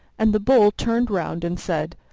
and the bull turned round and said,